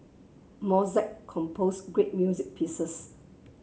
Mozart composed great music pieces